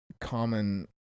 common